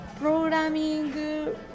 Programming